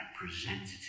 representative